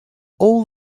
all